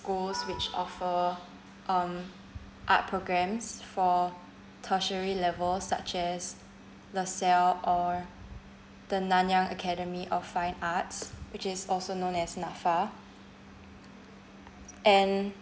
schools which offer um art programs for tertiary levels such as lasalle or the nanyang academy of fine arts which is also known as N_A_F_A and